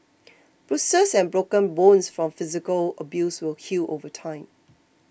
bruises and broken bones from physical abuse will heal over time